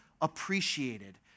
appreciated